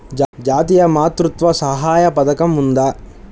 జాతీయ మాతృత్వ సహాయ పథకం ఉందా?